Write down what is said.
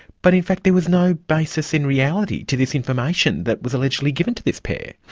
but in fact there was no basis in reality to this information that was allegedly given to this pair.